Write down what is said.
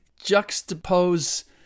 juxtapose